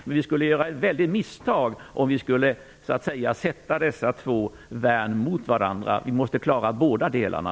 Men vi skulle göra ett stort misstag om vi så att säga satte dessa två värn mot varandra. Vi måste klara båda delarna.